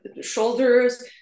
shoulders